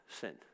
sin